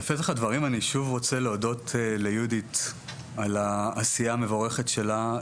בפתח הדברים שאני רוצה להודות ליהודית על העשייה המבורכת שלה,